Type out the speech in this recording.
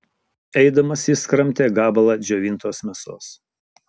eidamas jis kramtė gabalą džiovintos mėsos